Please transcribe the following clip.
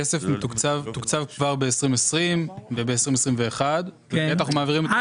הכסף תוקצב כבר ב-2020 וב-2021 ומעבירים את